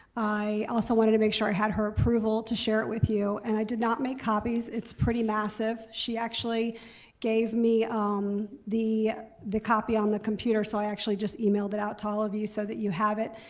i also wanted to make sure i had her approval to share it with you. and i did not make copies, it's pretty massive. she actually gave me um the the copy on the computer so i actually just emailed it out to all of you so that you have it.